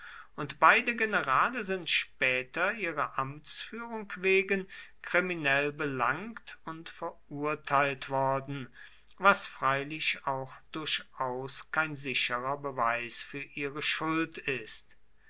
und beide generale sind später ihrer amtsführung wegen kriminell belangt und verurteilt worden was freilich auch durchaus kein sicherer beweis für ihre schuld ist